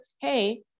Hey